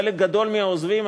חלק גדול מהעוזבים,